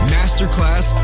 Masterclass